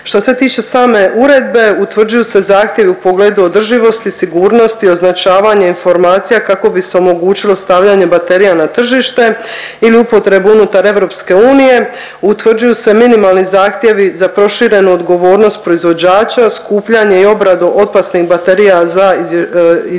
Što se tiče same uredbe utvrđuju se zahtjevi u pogledu održivosti, sigurnosti, označavanje informacija kako bi se omogućilo stavljanje baterija na tržište ili upotrebu unutar EU. Utvrđuju se minimalni zahtjevi za proširenu odgovornost proizvođača, skupljanje i obradu opasnih baterija za izvješćivanje,